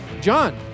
John